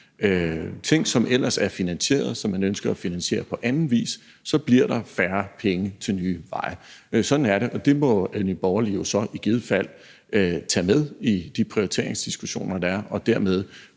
ting, som ellers er finansieret, men som man ønsker at finansiere på anden vis, så bliver der færre penge til nye veje. Sådan er det, og det må Nye Borgerlige i givet fald tage med i de prioriteringsdiskussioner, der bliver, og dermed